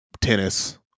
Tennis